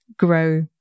Grow